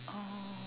oh